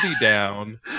down